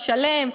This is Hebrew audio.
השלם,